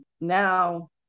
now